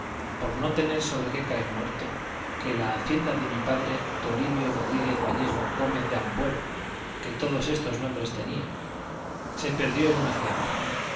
por no tener sobre qué caer muerto que la hacienda de mi padre toribio rodríguez vallejo gómez de ampuero que todos estos nombres tenía se perdió en una fianza